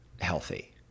healthy